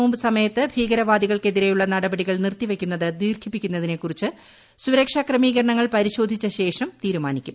നോമ്പ് സമയത്ത് ഭീകരവാദികൾക്കെതിരെയുള്ള ി നടപടികൾ നിർത്തിവയ്ക്കുന്നത് ദീർഘിപ്പിക്കുന്നതിനെക്കൂറിച്ച് സുരക്ഷാ ക്രമീകരണങ്ങൾ പരിശോധിച്ചശേഷം തീര്ുമാനിക്കും